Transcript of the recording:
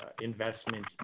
investment